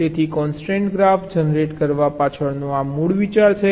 તેથી constraint graph generate કરવા પાછળનો આ મૂળ વિચાર છે